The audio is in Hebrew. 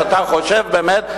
שאתה חושב באמת,